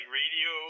radio